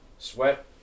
Sweat